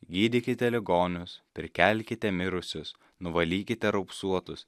gydykite ligonius prikelkite mirusius nuvalykite raupsuotus